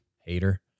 hater